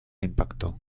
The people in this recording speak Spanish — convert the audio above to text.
impacto